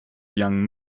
young